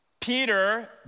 Peter